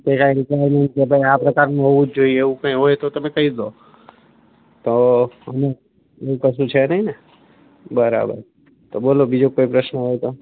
એટલે કાંઇ વિચાર્યું હોય કે ભાી આ પ્રકારનું હોવું જ જોઇએ તો તમે કહી દો તો અમુક એવું કશું છે નહીં ને બરાબર તો બોલો બીજો કોઇ પ્રશ્ન હોય તો